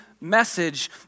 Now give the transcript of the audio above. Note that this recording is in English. message